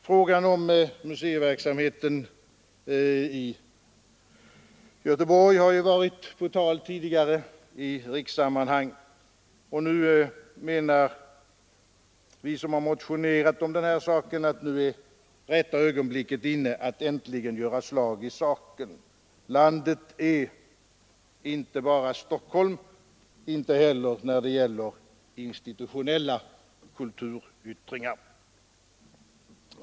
Frågan om museiverksamheten i Göteborg har ju varit på tal tidigare i rikssammanhang, och nu menar vi motionärer att rätta ögonblicket är inne att äntligen göra slag i saken. Landet är inte bara Stockholm, inte heller när det gäller institutionella kulturyttringar.